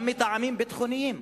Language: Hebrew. גם מטעמים ביטחוניים,